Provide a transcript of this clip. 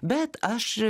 bet aš